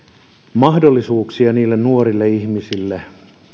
mahdollisuuksia nuorille ihmisille